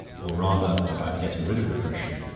or, rather, about getting rid of repressions.